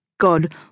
God